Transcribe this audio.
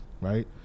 right